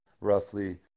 roughly